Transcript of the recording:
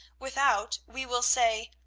without, we will say,